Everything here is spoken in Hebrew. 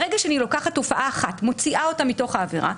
ברגע שאני לוקחת תופעה אחת ומוציאה אותה מתוך העבירה,